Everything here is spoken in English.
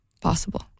possible